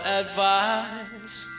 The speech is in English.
advice